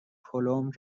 کلمب